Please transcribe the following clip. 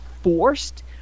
forced